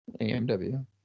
AMW